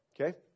okay